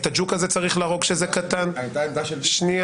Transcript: היא בדיוק נשענת על העובדה שראשי